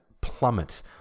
plummet